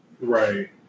right